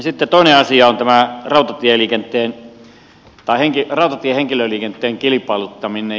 sitten toinen asia on tämä rautatiehenkilöliikenteen kilpailuttaminen